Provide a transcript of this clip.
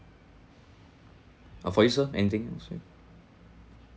uh for you sir anything